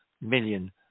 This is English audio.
million